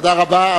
תודה רבה.